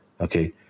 Okay